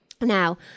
Now